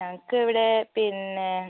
ഞങ്ങൾക്ക് ഇവിടെ പിന്നെ